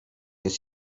jest